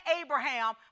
Abraham